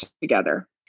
together